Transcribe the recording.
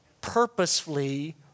purposefully